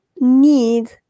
need